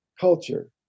culture